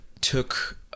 took